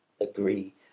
agree